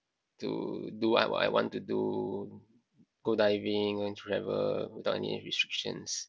to do what I want I want to do go diving went travel without any restrictions